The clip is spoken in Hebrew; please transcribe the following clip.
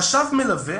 חשב מלווה